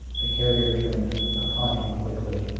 the carrier turned upon him quickly.